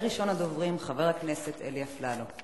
הצעות לסדר-היום מס' 4314,